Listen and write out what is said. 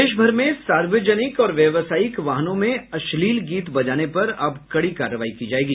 प्रदेश भर में सार्वजनिक और व्यवसायिक वाहनों में अश्लील गीत बजाने पर अब कड़ी कार्रवाई की जायेगी